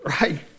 right